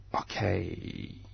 Okay